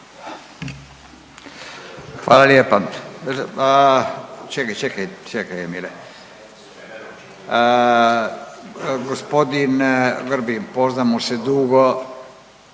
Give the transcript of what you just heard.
Hvala lijepa. Čekaj, čekaj, čekaj … g. Grbin poznamo se dugo,